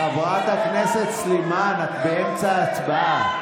חברת הכנסת סלימאן, את באמצע הצבעה.